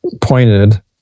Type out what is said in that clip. pointed